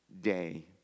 day